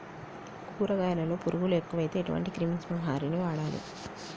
కూరగాయలలో పురుగులు ఎక్కువైతే ఎటువంటి క్రిమి సంహారిణి వాడాలి?